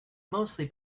mostly